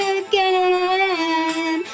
again